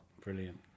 Brilliant